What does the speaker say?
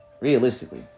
Realistically